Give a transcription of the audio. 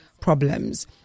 problems